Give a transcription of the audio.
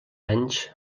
anys